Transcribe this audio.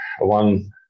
one